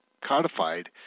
codified